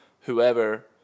whoever